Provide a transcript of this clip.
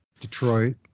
Detroit